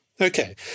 Okay